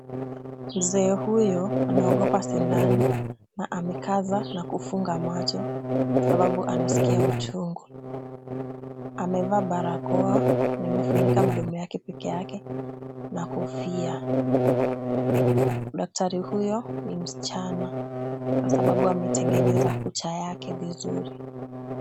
Mzee huyo anaogopa sindano na amekaza na kufunga macho kwasababu anasikia uchungu. Amevaa barakoa na imefunika mdomo yake peke yake na kofia. Daktari huyo ni msichana kwasababu ametengeneza kucha yake vizuri.